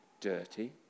dirty